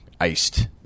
iced